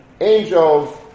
angels